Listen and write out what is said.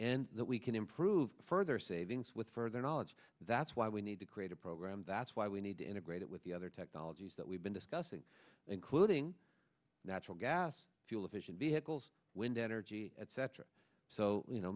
and that we can improve further savings with further knowledge that's why we need to create a program that's why we need to integrate it with the other technologies that we've been discussing including natural gas fuel efficient vehicles wind energy etc so you know